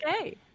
Okay